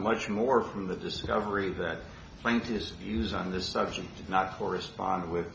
much more from the discovery that scientists use on the subject not correspond with